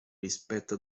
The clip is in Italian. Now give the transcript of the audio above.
rispetto